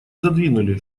задвинули